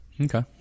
okay